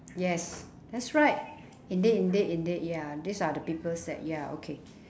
yes that's right indeed indeed indeed ya these are the peoples that ya okay